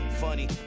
funny